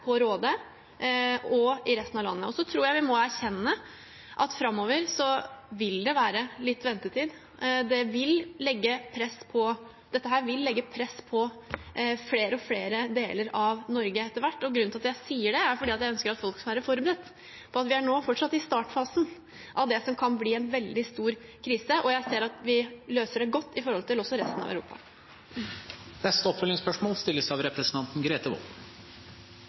på Råde og i resten av landet. Jeg tror vi må erkjenne at det framover vil være litt ventetid. Dette vil etter hvert legge press på flere og flere deler av Norge. Grunnen til at jeg sier det, er at jeg ønsker at folk skal være forberedt på at vi fortsatt er i startfasen av det som kan bli en veldig stor krise. Jeg ser også at vi løser det godt i forhold til resten av Europa. Grete Wold – til oppfølgingsspørsmål. Sentraliseringen av